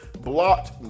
blocked